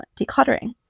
decluttering